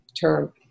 term